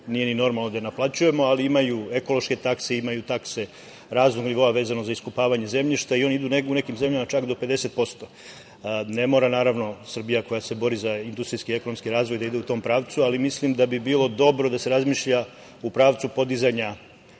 nije ni normalno da je naplaćujemo, ali imaju ekološke takse i imaju takse raznog nivoa, vezano za iskopavanje zemljišta. One idu u nekim zemljama čak do 50%.Ne mora, naravno, Srbija koja se bori za industrijski i ekonomski razvoj da ide u tom pravcu, ali mislim da bi bilo dobro da se razmišlja u pravcu podizanja